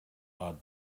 are